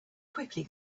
quickly